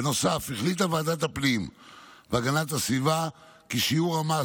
בנוסף החליטה ועדת הפנים והגנת הסביבה כי שיעור המס